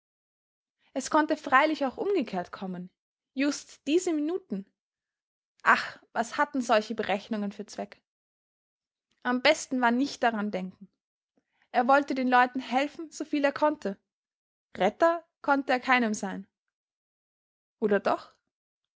es konnte freilich auch umgekehrt kommen just diese minuten ach was hatten solche berechnungen für zweck am besten war nicht daran denken er wollte den leuten helfen so viel er konnte retter konnte er keinem sein oder doch